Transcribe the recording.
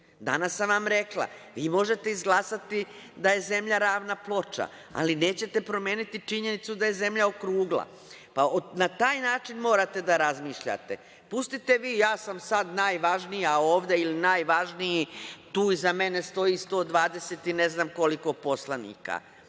sam vam rekla, vi možete izglasati da je zemlja ravna ploča, ali nećete promeniti činjenicu da je zemlja okrugla. Na taj način morate da razmišljate. Pustite vi, ja sam sad najvažnija ovde ili najvažniji, tu iza mene stoji 120 i ne znam koliko poslanika.